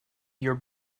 your